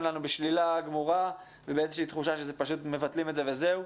לנו בשלילה גמורה ובאיזו שהיא תחושה שפשוט מבטלים את זה וזהו,